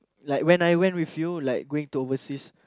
like when I went with you like going to overseas